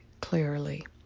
clearly